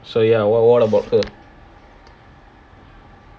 so ya wha~ what about her